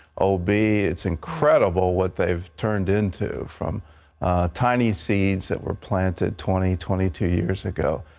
o b. it's incredible what they've turned into, from tiny seeds that were planted twenty, twenty two years ago,